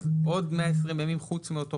אם כן, עוד 120 ימים אחרי אותו חודש.